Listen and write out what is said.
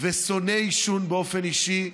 ושונא עישון באופן אישי,